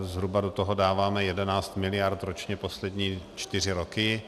Zhruba do toho dáváme 11 miliard ročně poslední čtyři roky.